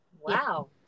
Wow